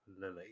Lily